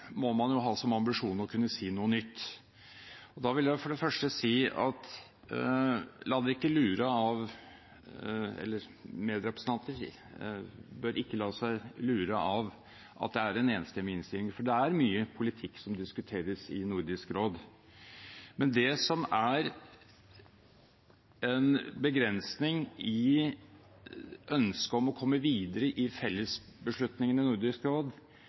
må man ha som ambisjon å kunne si noe nytt. Da vil jeg for det første si at medrepresentanter ikke bør la seg lure av at det er en enstemmig innstilling, for det er mye politikk som diskuteres i Nordisk råd. Men det som er en begrensning i ønsket om å komme videre i fellesbeslutningene i Nordisk råd,